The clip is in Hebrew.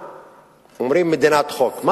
אומרים: מדינת חוק.